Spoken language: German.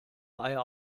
eier